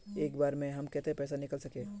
एक बार में हम केते पैसा निकल सके?